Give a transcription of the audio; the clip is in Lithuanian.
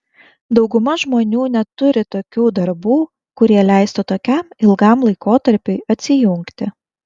dauguma žmonių neturi tokių darbų kurie leistų tokiam ilgam laikotarpiui atsijungti